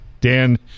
Dan